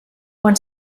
quan